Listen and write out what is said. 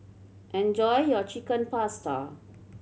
enjoy your Chicken Pasta